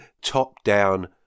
top-down